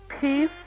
Peace